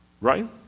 Right